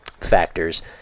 factors